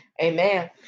Amen